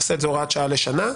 נעשה את זה הוראת שעה לשנה,